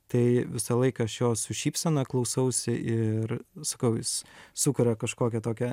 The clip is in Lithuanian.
tai visą laiką aš jo su šypsena klausausi ir sakau jis sukuria kažkokią tokią